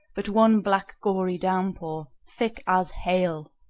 but one black gory downpour, thick as hail.